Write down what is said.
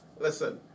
listen